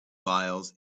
files